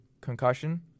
concussion